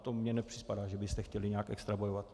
To mně nepřipadá, že byste chtěli nějak extra bojovat.